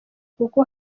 kuko